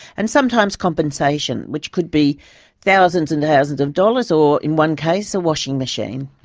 and sometimes compensation, which could be thousands and thousands of dollars or, in one case, a washing machine.